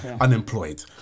unemployed